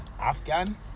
Afghan